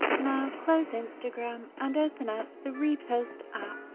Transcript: now close instagram and open up the repost ah